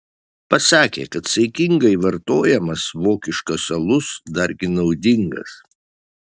pasakė kad saikingai vartojamas vokiškas alus dargi naudingas